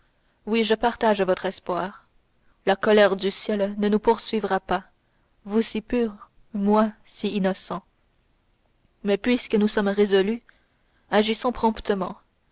oui je partage votre espoir la colère du ciel ne nous poursuivra pas vous si pure moi si innocent mais puisque nous sommes résolus agissons promptement